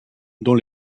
dont